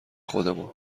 خودمان